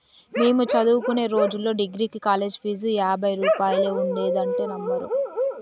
మేము చదువుకునే రోజుల్లో డిగ్రీకి కాలేజీ ఫీజు యాభై రూపాయలే ఉండేదంటే నమ్మరు